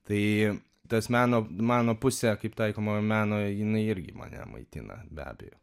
tai tas meno mano pusė kaip taikomojo meno jinai irgi mane maitina be abejo